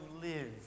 live